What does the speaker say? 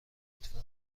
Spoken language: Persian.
لطفا